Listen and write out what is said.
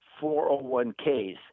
401ks